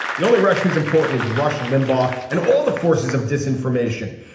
the only rusher is important is rush limbaugh and all the forces of disinformation.